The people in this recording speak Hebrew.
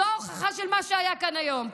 זאת ההוכחה למה שהיה כאן היום.